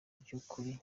byukuri